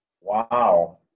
Wow